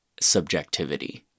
subjectivity